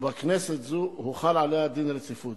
ובכנסת זו הוחל עליה דין רציפות.